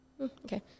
Okay